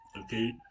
Okay